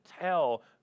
tell